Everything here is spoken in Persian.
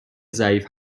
ضعیف